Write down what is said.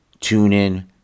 TuneIn